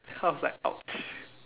how's like ouch